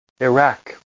Iraq